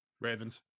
Ravens